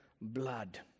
blood